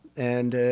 and